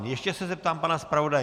Ještě se zeptám pana zpravodaje.